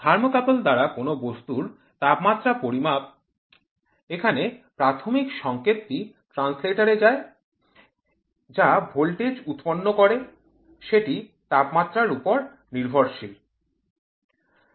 thermocouple দ্বারা কোন বস্তুর তাপমাত্রার পরিমাপ এখানে প্রাথমিক সংকেতটি ট্রান্সলেটর এ যায় যা ভোল্টেজ উৎপন্ন করে সেটি তাপমাত্রার উপর নির্ভরশীল